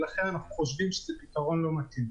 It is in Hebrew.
ולכן אנחנו חושבים שזה פתרון לא מתאים.